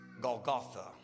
Golgotha